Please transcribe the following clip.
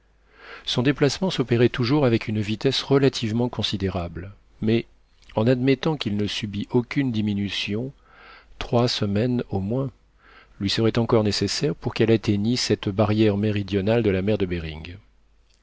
son déplacement s'opérait toujours avec une vitesse relativement considérable mais en admettant qu'il ne subît aucune diminution trois semaines au moins lui seraient encore nécessaires pour qu'elle atteignît cette barrière méridionale de la mer de behring